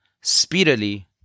speedily